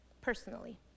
personally